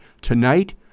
Tonight